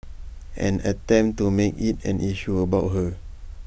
and attempt to make IT an issue about her